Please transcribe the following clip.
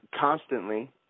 constantly